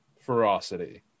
ferocity